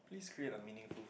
please create a meaningful